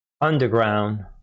underground